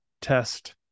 test